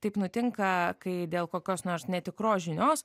taip nutinka kai dėl kokios nors netikros žinios